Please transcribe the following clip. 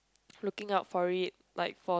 looking out for it like for